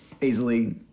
easily